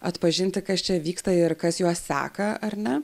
atpažinti kas čia vyksta ir kas juos seka ar ne